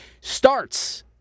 starts